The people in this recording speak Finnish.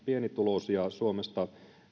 pienituloisia suomesta